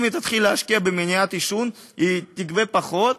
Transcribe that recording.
אם היא תתחיל להשקיע במניעת עישון היא תגבה פחות,